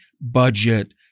budget